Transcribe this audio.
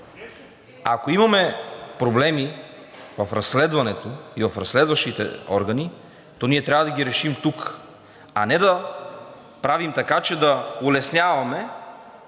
Ако имаме проблеми в разследването и в разследващите органи, то ние трябва да ги решим тук, а не да правим така, че да улесняваме